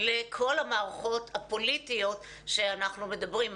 לכל המערכות הפוליטיות שאנחנו מדברים.